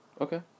Okay